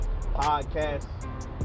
podcast